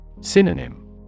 Synonym